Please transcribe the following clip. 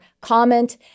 comment